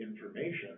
information